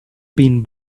been